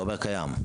אתה אומר שזה קיים.